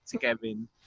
Kevin